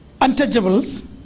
untouchables